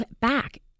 back